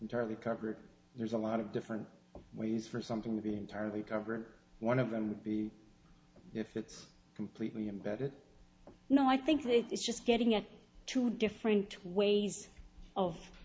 entirely covered there's a lot of different ways for something to be entirely covered one of them would be if it's completely embedded no i think it's just getting at two different ways of